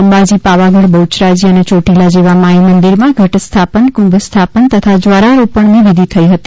અંબાજી પાવાગઢ બહ્યરાજી અને યોટીલા જેવા માઈ મંદિરમાં ઘટ સ્થાપન કુંભસ્થાપન તથા જવારારોપણ વિઘિ થઈ હતી